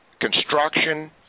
construction